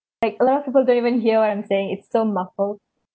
like a lot of people don't even hear what I'm saying it's so muffled